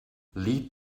lied